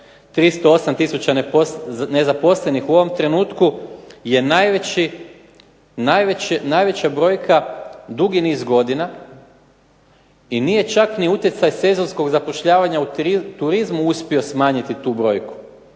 308 tisuća nezaposlenih u ovom trenutku je najveća brojka dugi niz godina i nije čak ni utjecaj sezonskog zapošljavanja u turizmu uspio smanjiti tu brojku.